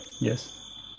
yes